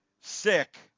sick